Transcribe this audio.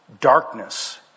Darkness